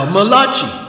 Malachi